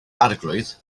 arglwydd